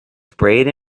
sprayed